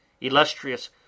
illustrious